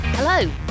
Hello